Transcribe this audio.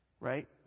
Right